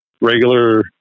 regular